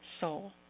Soul